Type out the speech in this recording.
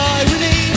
irony